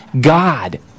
God